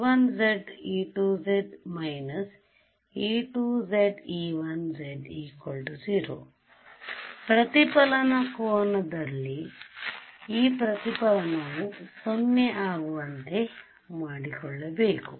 αe1z e2z − e2z e1z 0 ಪ್ರತಿ ಕೋನದಲ್ಲಿ ಈ ಪ್ರತಿಫಲನವು 0 ಆಗುವಂತೆ ನೋಡಿಕೊಳ್ಳಬೇಕು